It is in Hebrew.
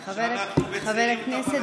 שאנחנו, את הפלסטינים?